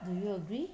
do you agree